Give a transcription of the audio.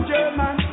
German